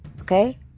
Okay